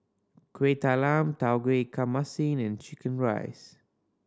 Kueh Talam Tauge Ikan Masin and chicken rice